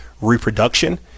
reproduction